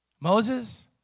Moses